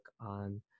on